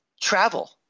travel